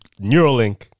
Neuralink